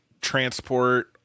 transport